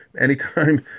Anytime